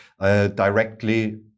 Directly